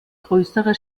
größerer